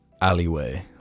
alleyway